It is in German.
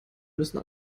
müssen